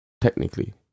technically